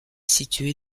situé